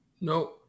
no